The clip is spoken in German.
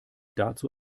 dazu